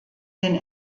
den